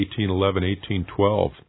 1811-1812